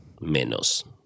Menos